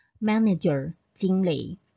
Manager,经理